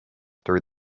through